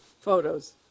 photos